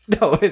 No